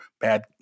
bad